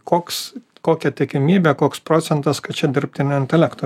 koks kokia tikimybė koks procentas kad čia dirbtinio intelekto